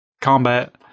combat